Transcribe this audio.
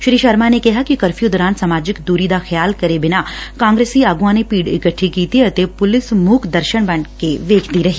ਸ੍ਰੀ ਸ਼ਰਮਾ ਨੇ ਕਿਹਾ ਕਿ ਕਰਫਿਉ ਦੌਰਾਨ ਸਮਾਜਿਕ ਦੁਰੀ ਦਾ ਖਿਆਲ ਕਰੇ ਬਿਨਾਂ ਕਾਂਗਰਸੀ ਆਗੁਆਂ ਨੇ ਭੀੜ ਇਕੱਠੀ ਕੀਤੀ ਅਤੇ ਪੁਲਿਸ ਮੁਕ ਦਰਸ਼ਕ ਬਣ ਕੇ ਵੇਖਦੀ ਰਹੀ